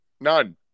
none